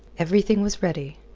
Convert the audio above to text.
everything was ready.